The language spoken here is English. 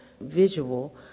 visual